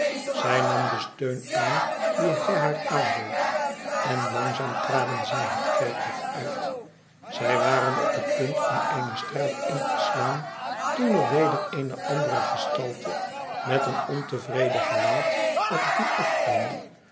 zij nam den steun aan dien hij haar aanbood en langzaam traden zij het kerkhof uit zij waren op het punt om eene straat in te slaan toen er weder eene andere gestalte met een ontevreden gelaat op hen aïfkwam